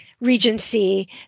Regency